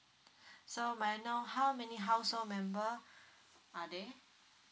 so may I know how many household member are there